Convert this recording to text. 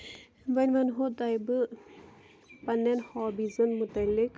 وۄنۍ وَنہو تۄہہِ بہٕ پَنٕنٮ۪ن ہوابیٖزَن مُتعلِق